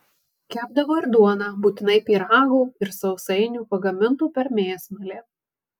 kepdavo ir duoną būtinai pyragų ir sausainių pagamintų per mėsmalę